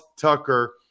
Tucker